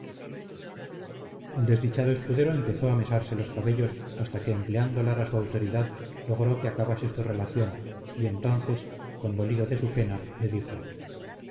el desdichado escudero empezó a mesarse los cabellos hasta que empleando lara su autoridad logró que acabase su relación y entonces condolido de su pena le dijo